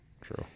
True